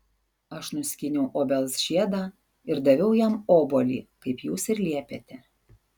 aš nuskyniau obels žiedą ir daviau jam obuolį kaip jūs ir liepėte